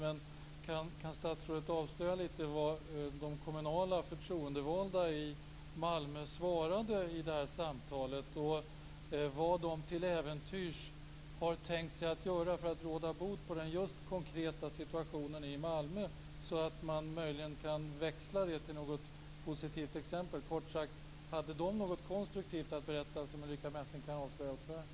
Men kan statsrådet avslöja lite av vad de kommunala förtroendevalda i Malmö svarade i det här samtalet och tala om vad de till äventyrs har tänkt sig att göra för att råda bot på just den konkreta situationen i Malmö, så att man möjligen kan växla det till något positivt exempel. Kort sagt: Hade de något konstruktivt att berätta som Ulrica Messing kan avslöja här?